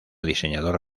diseñador